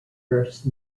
first